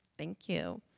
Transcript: thank you